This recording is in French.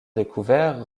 découvert